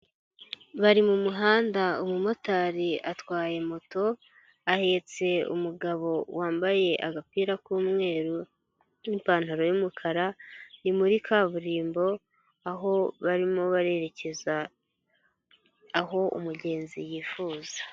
bari mu muhanda umumotari atwaye moto ahetse umugabo wambaye agapira k'umweru n'ipantaro y'umukara, ni muri kaburimbo aho barimo barererekeza aho umugenzi yifuza.